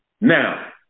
Now